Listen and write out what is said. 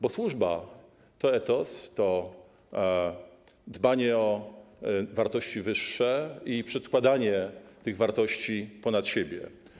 Bo służba to etos, to dbanie o wartości wyższe i przedkładanie tych wartości ponad siebie.